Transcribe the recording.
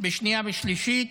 בשנייה ושלישית.